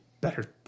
better